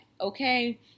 okay